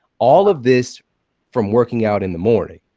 all of this from working out in the morning,